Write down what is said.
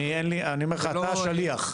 אתה השליח.